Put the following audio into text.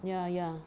ya ya